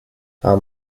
how